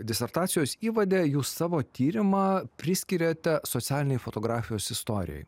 disertacijos įvade jūs savo tyrimą priskiriate socialinei fotografijos istorijai